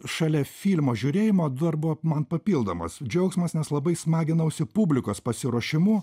šalia filmo žiūrėjimo dar buvo man papildomas džiaugsmas nes labai smaginausi publikos pasiruošimu